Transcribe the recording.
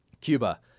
Cuba